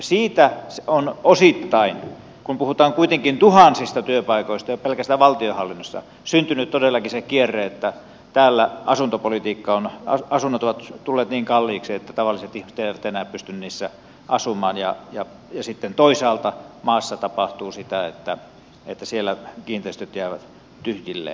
siitä on osittain kun puhutaan kuitenkin tuhansista työpaikoista jo pelkästään valtionhallinnossa syntynyt todellakin se kierre että täällä asunnot ovat tulleet niin kalliiksi että tavalliset ihmiset eivät enää pysty niissä asumaan ja sitten toisaalta maassa tapahtuu sitä että kiinteistöt jäävät tyhjilleen